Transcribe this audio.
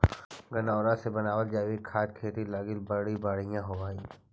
गनऔरा से बनाबल जैविक खाद खेती लागी बड़ी बढ़ियाँ होब हई